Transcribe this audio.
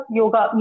yoga